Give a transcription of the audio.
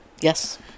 Yes